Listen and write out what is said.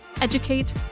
educate